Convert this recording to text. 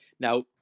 Now